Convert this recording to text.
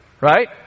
Right